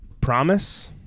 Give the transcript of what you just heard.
promise